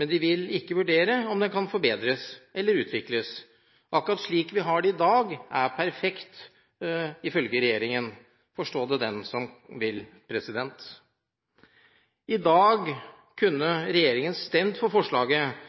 og de vil ikke vurdere om den kan forbedres eller utvikles. Ifølge regjeringen er ordningen perfekt akkurat slik vi har den i dag. Forstå det den som vil. I dag kunne regjeringen stemt for forslaget